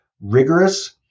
rigorous